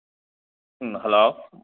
ꯎꯝ hello